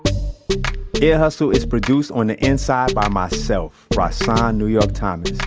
ear hustle is produced on the inside by myself, rahsaan new york thomas,